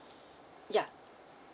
ya